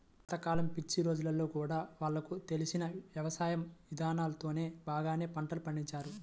పాత కాలం పిచ్చి రోజుల్లో గూడా వాళ్లకు తెలిసిన యవసాయ ఇదానాలతోనే బాగానే పంటలు పండించారు